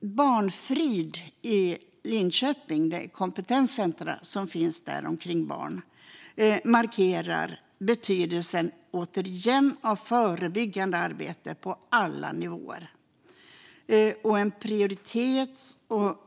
Barnafrid, som är ett kompetenscentrum om barn i Linköping, markerar återigen betydelsen av förebyggande arbete på alla nivåer och att en prioritet